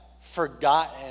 forgotten